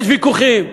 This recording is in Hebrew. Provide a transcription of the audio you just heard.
יש ויכוחים,